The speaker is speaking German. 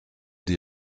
die